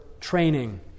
training